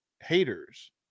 haters